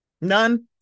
None